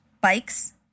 Bikes